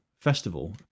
festival